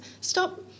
stop